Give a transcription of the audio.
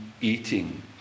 eating